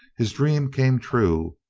his dream came true,